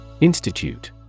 Institute